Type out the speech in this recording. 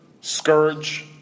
scourge